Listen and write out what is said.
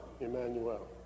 emmanuel